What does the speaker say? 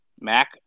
Mac